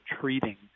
treating